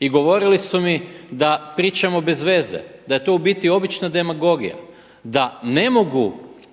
i govorili su mi da pričamo bez veze, da je to u biti obična demagogija da ne mogu